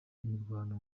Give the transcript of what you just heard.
imirwano